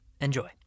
Enjoy